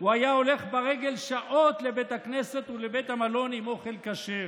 הוא היה הולך ברגל שעות לבית הכנסת ולבית המלון עם אוכל כשר.